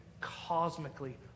cosmically